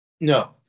No